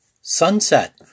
Sunset